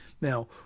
Now